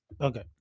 okay